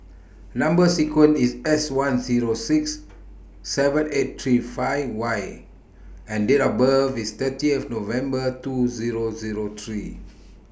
Number sequence IS S one Zero six seven eight three five Y and Date of birth IS thirty of November two Zero Zero three